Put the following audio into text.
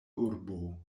urbo